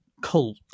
cult